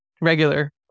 regular